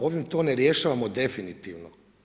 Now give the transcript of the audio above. Ovim to ne rješavamo definitivno.